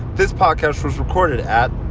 this podcast was recorded at.